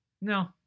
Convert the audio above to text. No